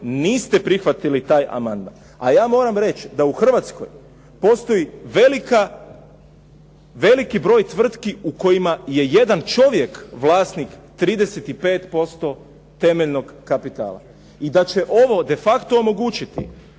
niste prihvatili taj amandman a ja moram reći da u Hrvatskoj postoji veliki broj tvrtki u kojima je jedan čovjek vlasnik 35% temeljenog kapitala i da će ovo de facto omogućiti